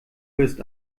wirst